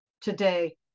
today